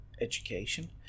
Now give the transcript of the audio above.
education